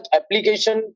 application